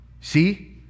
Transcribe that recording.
See